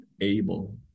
able